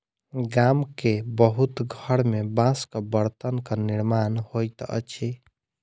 गाम के बहुत घर में बांसक बर्तनक निर्माण होइत अछि